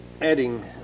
adding